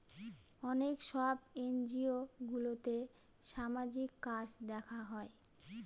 অনেক সব এনজিওগুলোতে সামাজিক কাজ দেখা হয়